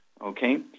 okay